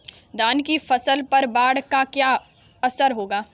धान की फसल पर बाढ़ का क्या असर होगा?